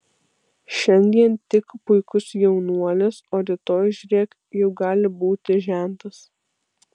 šiandien tik puikus jaunuolis o rytoj žiūrėk jau gali būti žentas